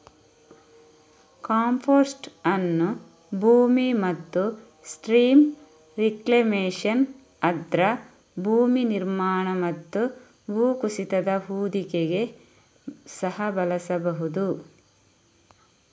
compost ಅನ್ನು ಭೂಮಿ ಮತ್ತು ಸ್ಟ್ರೀಮ್ ರಿಕ್ಲೇಮೇಶನ್, ಆರ್ದ್ರ ಭೂಮಿ ನಿರ್ಮಾಣ ಮತ್ತು ಭೂಕುಸಿತದ ಹೊದಿಕೆಗೆ ಸಹ ಬಳಸಬಹುದು